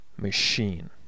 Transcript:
machine